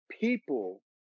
people